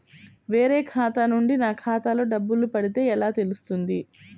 వేరే ఖాతా నుండి నా ఖాతాలో డబ్బులు పడితే ఎలా తెలుస్తుంది?